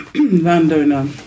landowner